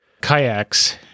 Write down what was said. kayaks